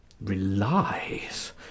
Relies